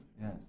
yes